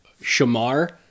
Shamar